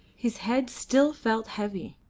his head still felt heavy,